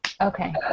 Okay